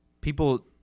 people